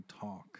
talk